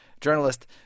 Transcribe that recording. journalist